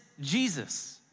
Jesus